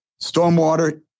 stormwater